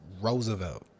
Roosevelt